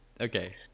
Okay